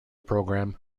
program